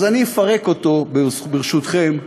אז אני אפרק אותו, ברשותכם,